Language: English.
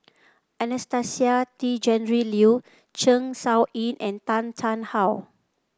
Anastasia Tjendri Liew Zeng Shouyin and Tan Tarn How